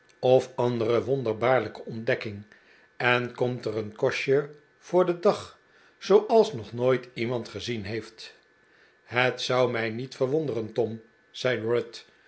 of andere wonderbaarlijke ontdekking en komt er een kostje voor den dag zooals nog nooit iemand gezien heeft het zou mij niet verwonderen tom zei